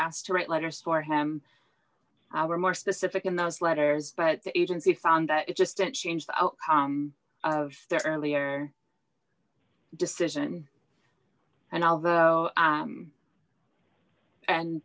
asked to write letters for him our more specific in those letters but the agency found that it just didn't change the outcome of their earlier decision and although i and